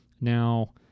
now